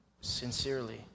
sincerely